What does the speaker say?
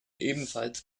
ebenfalls